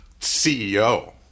CEO